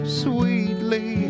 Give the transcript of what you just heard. sweetly